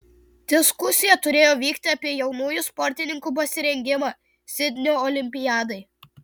diskusija turėjo vykti apie jaunųjų sportininkų pasirengimą sidnio olimpiadai